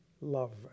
love